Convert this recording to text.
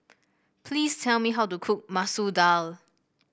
please tell me how to cook Masoor Dal